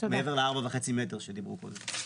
מעבר ל-4.5 מטר שדיברו פה?